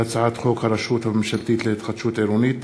בהצעת חוק הרשות הממשלתית להתחדשות עירונית,